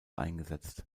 eingesetzt